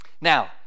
Now